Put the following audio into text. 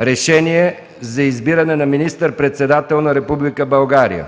„РЕШЕНИЕ за избиране на министър-председател на Република България